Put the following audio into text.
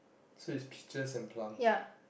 so is peaches and plums